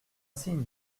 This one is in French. signe